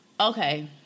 Okay